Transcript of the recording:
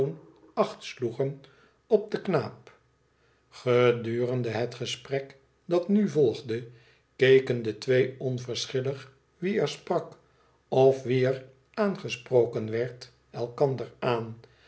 acht sloegen op den knaap gedurende het gesprek dat nu volgde keken de twee onverschillig wie er sprak of wie er aangesproken werd elkander aan